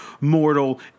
mortal